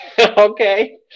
Okay